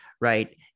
right